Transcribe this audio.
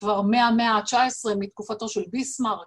‫כבר מאה המאה ה-19 ‫מתקופתו של ביסמארד.